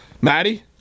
Maddie